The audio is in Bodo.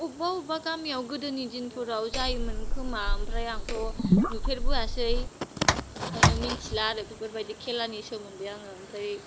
अबेबा अबेबा गामियाव गोदोनि दिनफ्राव जायोमोन खोमा आमफ्राय आंथ' नुफेरबोआसै आंखायनो मिनथिला आरो बेफोरबायदि खेलानि सोमबोन्दोयै आरो ओमफ्राय